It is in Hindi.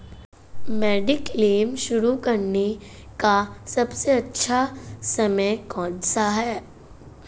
मेडिक्लेम शुरू करने का सबसे अच्छा समय कौनसा है?